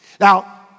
Now